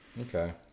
okay